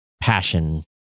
passion